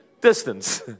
distance